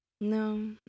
no